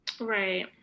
Right